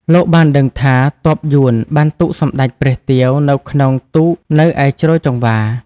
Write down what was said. លោកបានដឹងថា ទ័ពយួនបានទុកសម្តេចព្រះទាវនៅក្នុងទូកនៅឯជ្រោយចង្វា។